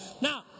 Now